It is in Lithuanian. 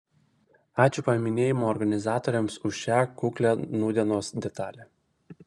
ačiū paminėjimo organizatoriams už šią kuklią nūdienos detalę